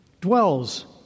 dwells